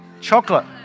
Chocolate